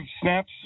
snaps